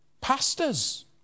pastors